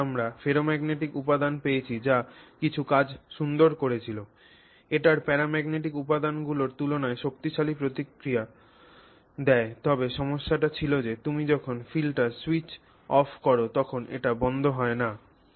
এখানে আমরা ফেরোম্যাগনেটিক উপাদান পেয়েছি যা কিছু কাজ সুন্দর করেছিল এটির প্যারাম্যাগনেটিক উপাদানগুলির তুলনায় শক্তিশালী প্রতিক্রিয়া দেয় তবে সমস্যাটি ছিল যে তুমি যখন ফিল্ডটি স্যুইচ অফ কর তখন এটি বন্ধ হয় না